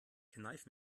kneif